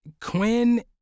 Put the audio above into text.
Quinn